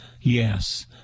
Yes